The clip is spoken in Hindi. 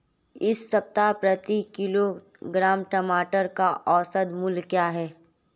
इस सप्ताह प्रति किलोग्राम टमाटर का औसत मूल्य क्या है?